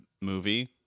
movie